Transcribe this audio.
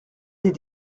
des